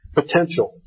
potential